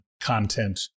content